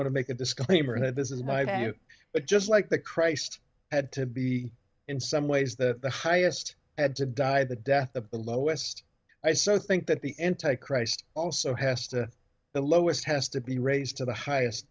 want to make a disclaimer that this is my view but just like the christ had to be in some ways that the highest had to die the death of the lowest i so think that the n take christ also has to the lowest has to be raised to the highest